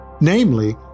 namely